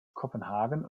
kopenhagen